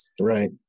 Right